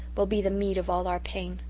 will be the meed of all our pain?